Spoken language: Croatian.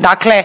Dakle,